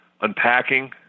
unpacking